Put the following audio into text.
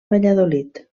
valladolid